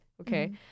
Okay